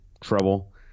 trouble